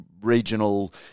regional